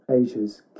asia's